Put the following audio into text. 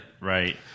Right